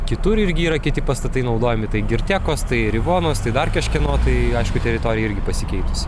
kitur irgi yra kiti pastatai naudojami tai girtekos tai rivonos tai dar kažkieno tai aišku teritorija irgi pasikeitusi